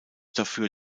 dafür